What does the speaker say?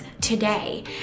today